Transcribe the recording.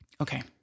Okay